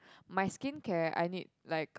my skincare I need like